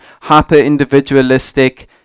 hyper-individualistic